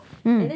mm